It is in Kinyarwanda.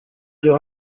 byo